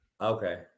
Okay